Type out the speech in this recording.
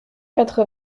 quatre